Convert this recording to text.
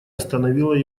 остановила